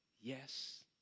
Yes